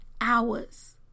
hours